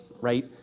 right